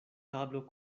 tablo